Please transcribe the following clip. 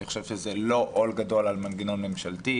אני חושב שזה לא עול גדול על מנגנון ממשלתי.